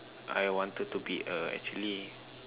I wanted to be a actually